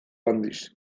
handiz